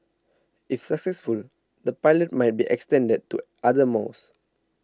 if successful the pilot might be extended to other malls